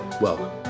welcome